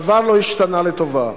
דבר לא השתנה לטובה,